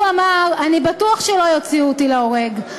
הוא אמר: אני בטוח שלא יוציאו אותי להורג,